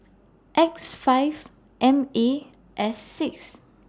X five M A S six